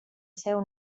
seu